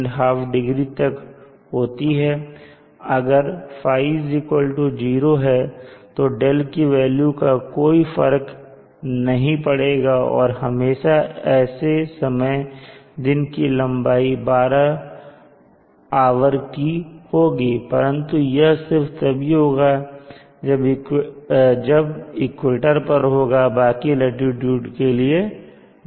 अगर ϕ0 है तो δ की वेल्यू का कोई फर्क नहीं पड़ेगा और हमेशा ऐसे समय दिन की लंबाई 12 आवर की होगी परंतु यह सिर्फ तभी होगी जब यह इक्वेटर पर होगा बाकी लाटीट्यूड के लिए नहीं